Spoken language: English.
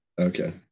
Okay